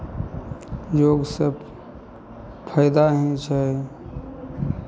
योगसँ फाइदा ही छै